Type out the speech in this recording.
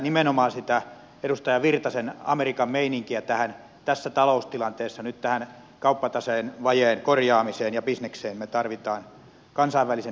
nimenomaan sitä edustaja virtasen amerikan meininkiä tässä taloustilanteessa nyt tähän kauppataseen vajeen korjaamiseen ja bisnekseen me tarvitsemme kansainvälisen yhteistyön kautta